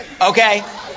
Okay